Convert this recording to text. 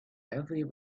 every